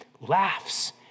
laughs